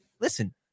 listen